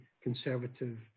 conservative